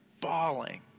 bawling